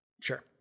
Sure